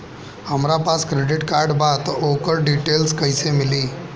हमरा पास credit card बा त ओकर डिटेल्स कइसे मिली?